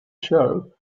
show